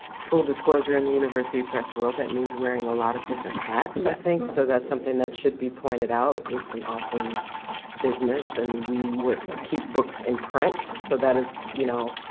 full disclosure in the university press world that means wearing a lot of different hats, i think, so that's something that should be pointed out. it's an awesome business and we work to keep books in print, so that is, you know,